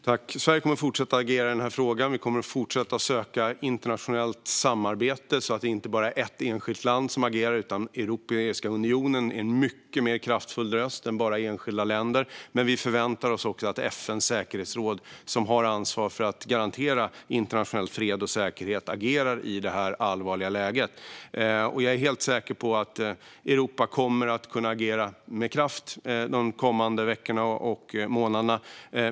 Fru talman! Sverige kommer att fortsätta att agera i denna fråga. Vi kommer att fortsätta att söka internationellt samarbete så att inte bara ett enskilt land agerar, och Europeiska unionen är en mycket kraftfullare röst än enskilda länder. Vi förväntar oss också att FN:s säkerhetsråd, som har ansvar för att garantera internationell fred och säkerhet, agerar i detta allvarliga läge. Jag är helt säker på att Europa kommer att kunna agera med kraft de kommande veckorna och månaderna.